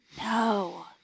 No